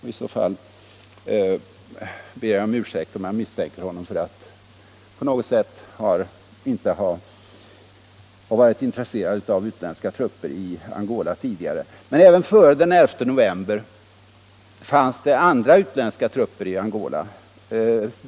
I så fall ber jag om ursäkt om jag misstänker honom för att inte ha varit oroad av utländska trupper i Angola tidigare. Men även före den 11 november fanns andra utländska trupper i Angola.